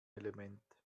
element